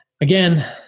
again